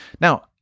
Now